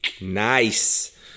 Nice